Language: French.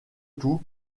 tout